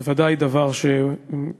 בוודאי זה דבר שמפלח,